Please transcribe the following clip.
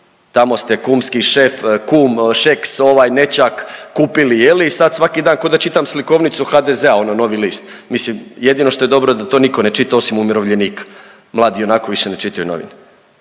Tamo ste kumski šef, kum Šeks, nećak kupili i sad svaki dan ko da čitam slikovnicu HDZ-a ono Novi list. Mislim jedino što je dobro da to nitko ne čita osim umirovljenika, mladi ionako više ne čitaju novine.